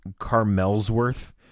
Carmel'sworth